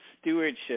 stewardship